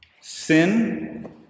Sin